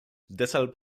deshalb